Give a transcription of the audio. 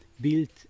built